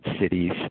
cities